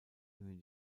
ihnen